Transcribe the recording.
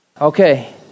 Okay